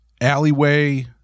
alleyway